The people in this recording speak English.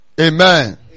Amen